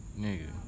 Nigga